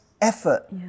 effort